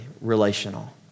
relational